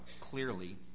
clearly